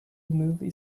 movie